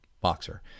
boxer